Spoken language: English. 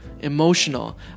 emotional